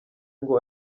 ngo